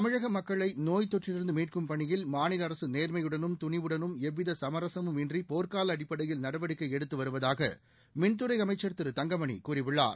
தமிழக மக்களை நோய் தொற்றிலிருந்து மீட்கும் பணியில் மாநில அரசு நேர்மையுடனும் துணிவுடனும் எவ்வித சுமரசமுமின்றி போர்க்கால அடிப்படையில் நடவடிக்கை எடுத்து வருவதாக மின்துறை அமைச்சர் திரு தங்கமணி கூறியுள்ளார்